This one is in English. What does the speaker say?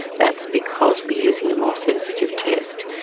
that's because we are using a more sensitive test.